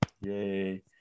Yay